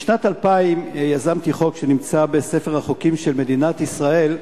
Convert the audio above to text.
בשנת 2000 יזמתי חוק שנמצא בספר החוקים של מדינת ישראל,